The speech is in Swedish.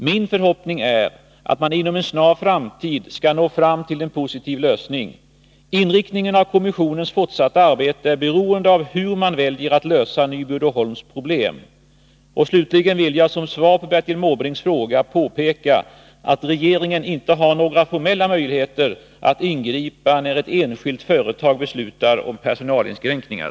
Min förhoppning är att man inom en snar framtid skall nå fram till en positiv lösning. Inriktningen av kommissionens fortsatta arbete är beroende av hur man väljer att lösa Nyby Uddeholms problem. Slutligen vill jag som svar på Bertil Måbrinks fråga påpeka att regeringen inte har några formella möjligheter att ingripa när ett enskilt företag beslutar om personalinskränkningar.